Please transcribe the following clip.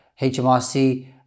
HMRC